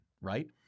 Right